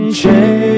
change